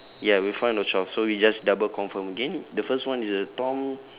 ya we've found the twelve so we just double confirm again the first one is the tom